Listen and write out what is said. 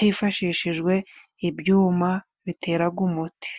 hifashishijwe ibyuma biteraga umuti.